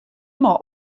mei